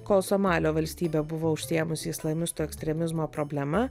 kol somalio valstybė buvo užsiėmusi islamistų ekstremizmo problema